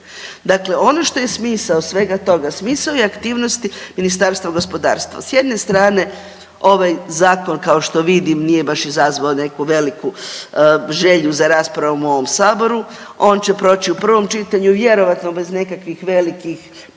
Dakle, ono što je smisao svega toga, smisao i aktivnosti Ministarstva gospodarstva. S jedne strane ovaj zakon kao što vidim nije baš izazvao neku veliku želju za raspravom u ovom saboru, on će proći u prvom čitanju vjerojatno bez nekakvih velikih